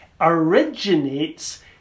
originates